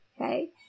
Okay